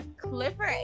clifford